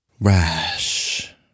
Rash